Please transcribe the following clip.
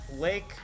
lake